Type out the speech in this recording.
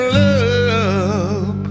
love